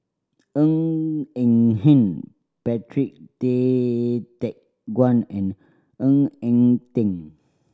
Ng Eng Hen Patrick Tay Teck Guan and Ng Eng Teng